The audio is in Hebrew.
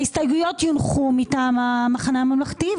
ההסתייגויות יונחו מטעם המחנה הממלכתי.